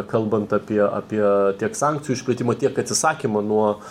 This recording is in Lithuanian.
kalbant apie apie tiek sankcijų išplėtimą tiek atsisakymą nuo